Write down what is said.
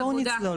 אז בואו נצלול.